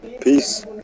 Peace